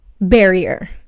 barrier